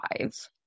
five